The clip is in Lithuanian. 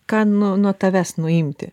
ką nu nuo tavęs nuimti